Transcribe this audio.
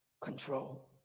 control